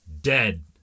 dead